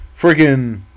freaking